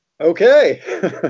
Okay